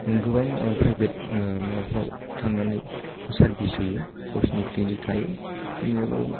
गोबां प्राइबेट माबाफ्राव थांनानै सारबिस हैयो गावसिनि क्लिनिक थायो क्लिनिक आव